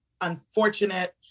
unfortunate